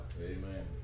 Amen